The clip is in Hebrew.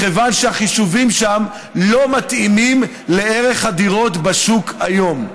מכיוון שהחישובים שם לא מתאימים לערך הדירות בשוק היום.